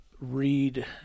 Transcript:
read